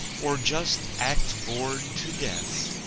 or just act bored to death,